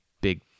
big